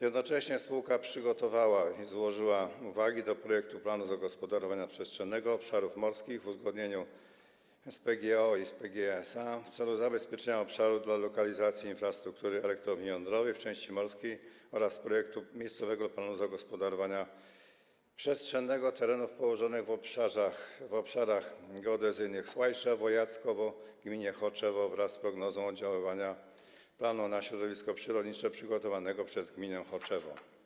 Jednocześnie spółka przygotowała i złożyła uwagi do projektu planu zagospodarowania przestrzennego obszarów morskich w uzgodnieniu z PGO i PGE SA w celu zabezpieczenia obszaru dla lokalizacji infrastruktury elektrowni jądrowej w części morskiej oraz projektu miejscowego planu zagospodarowania przestrzennego terenów położonych na obszarach geodezyjnych Słajszewo, Jackowo w gminie Choczewo wraz z prognozą oddziaływania planu na środowisko przyrodnicze, przygotowanego przez gminę Choczewo.